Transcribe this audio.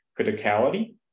criticality